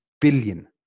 billion